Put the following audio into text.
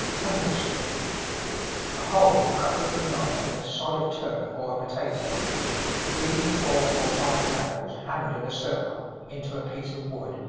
candlestick a hole cut with the knife in a sod of turf or a potato three, four, or five nails hammered in a circle into a piece of wood,